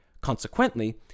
Consequently